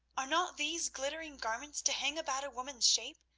are not these glittering garments to hang about a woman's shape?